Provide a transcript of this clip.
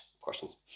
questions